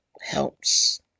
helps